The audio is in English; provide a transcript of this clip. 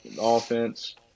Offense